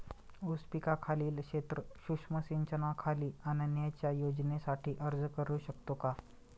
ऊस पिकाखालील क्षेत्र सूक्ष्म सिंचनाखाली आणण्याच्या योजनेसाठी अर्ज करू शकतो का?